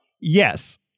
Yes